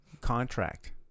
contract